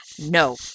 no